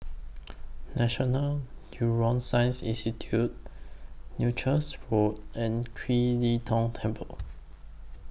National Neuroscience Institute Leuchars Road and Kiew Lee Tong Temple